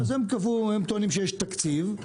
הם טוענים שיש תקציב,